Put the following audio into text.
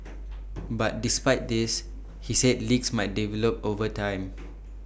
but despite this he said leaks might develop over time